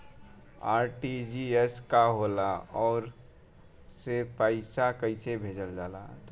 RTGS का होला आउरओ से पईसा कइसे भेजल जला?